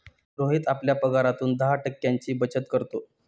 रोहित आपल्या पगारातून दहा टक्क्यांची बचत करतो